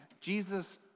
Jesus